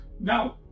No